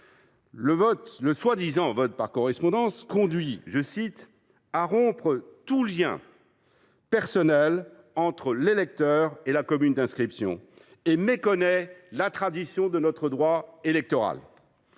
le prétendu vote par correspondance conduisait « à rompre tout lien personnel entre l’électeur et la commune d’inscription, ce qui méconnaît la tradition de notre droit électoral ».